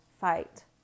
fight